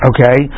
Okay